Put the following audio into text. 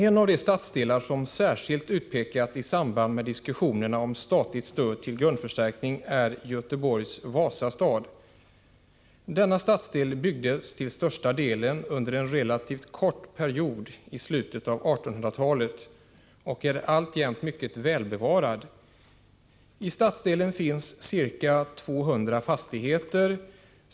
En av de stadsdelar som särskilt utpekats i samband med diskussionerna om statligt stöd till grundförstärkning är Göteborgs Vasastad. Denna stadsdel byggdes till största delen under en relativt kort period i slutet av 1800-talet och är alltjämt mycket välbevarad. I stadsdelen finns ca 200 fastigheter.